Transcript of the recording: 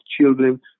children